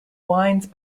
winds